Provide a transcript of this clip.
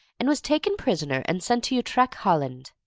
and was taken prisoner and sent to utrecht, holland.